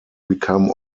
become